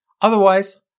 Otherwise